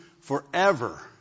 forever